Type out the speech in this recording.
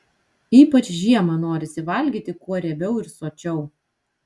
ypač žiemą norisi valgyti kuo riebiau ir sočiau